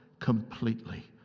completely